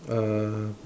uh